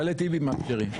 כללי טיבי מאפשרים.